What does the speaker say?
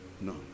No